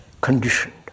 conditioned